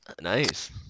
nice